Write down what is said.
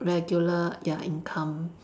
regular ya income